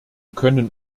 können